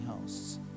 hosts